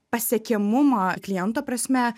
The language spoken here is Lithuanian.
pasiekiamumą kliento prasme